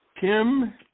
Kim